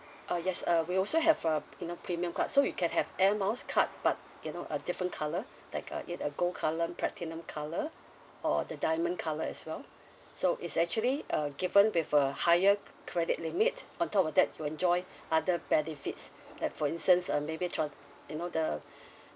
uh yes uh we also have a you know premium card so you can have air miles card but you know a different colour like a it a gold colour platinum colour or the diamond colour as well so it's actually uh given with a higher credit limit on top of that you enjoy other benefits like for instance uh maybe tran~ you know the